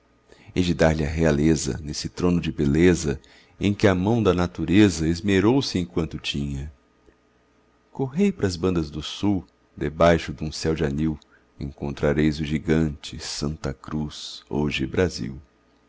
de dar-lhe a realeza nesse trono de beleza em que a mão da natureza esmerou se em quanto tinha correi pras bandas do sul debaixo dum céu de anil encontrareis o gigante santa cruz hoje brasil